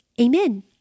Amen